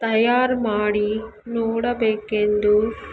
ತಯಾರು ಮಾಡಿ ನೋಡಬೇಕೆಂದು